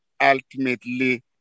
ultimately